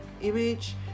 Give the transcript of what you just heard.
image